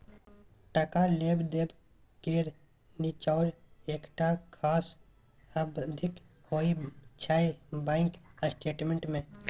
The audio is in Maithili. टका लेब देब केर निचोड़ एकटा खास अबधीक होइ छै बैंक स्टेटमेंट मे